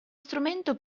strumento